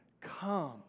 come